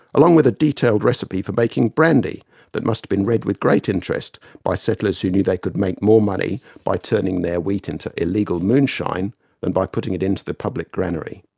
along with a detailed recipe for making brandy that must have been read with great interest by settlers who knew they could make more money by turning their wheat into illegal moonshine than by putting it in the public granary.